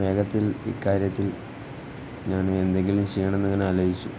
വേഗത്തിൽ ഇക്കാര്യത്തിൽ ഞാൻ എന്തെങ്കിലും ചെയ്യണമെന്നിങ്ങനെ ആലോചിച്ചു